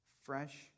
fresh